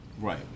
Right